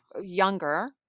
younger